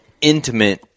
intimate